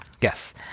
Yes